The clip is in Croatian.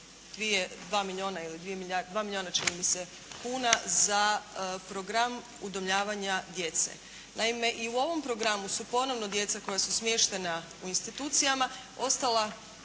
2 milijuna čini mi se kuna za program udomljavanja djece. Naime, i u ovom programu su ponovno djeca koja su smještena u institucijama ostala